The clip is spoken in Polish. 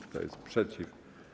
Kto jest przeciw?